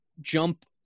jump